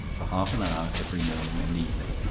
for half an hour every morning and evening.